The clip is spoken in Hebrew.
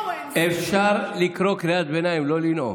אפשר לקרוא קריאת ביניים, לא לנאום.